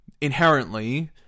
Inherently